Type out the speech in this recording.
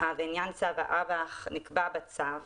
בעניין צו האב"כ נקבע בצו.